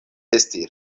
esti